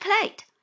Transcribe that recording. plate